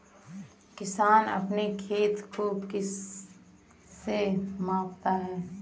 किसान अपने खेत को किससे मापते हैं?